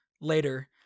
later